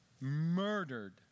murdered